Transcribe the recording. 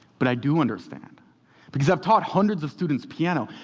but i do understand because i've taught hundreds of students piano,